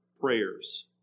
prayers